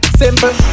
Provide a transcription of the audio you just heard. simple